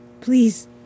Please